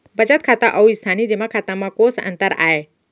बचत खाता अऊ स्थानीय जेमा खाता में कोस अंतर आय?